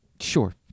Sure